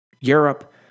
Europe